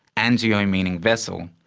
angio meaning vessel,